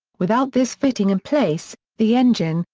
without this fitting in place, the engine,